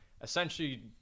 essentially